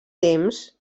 temps